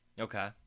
Okay